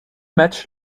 matches